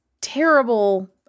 terrible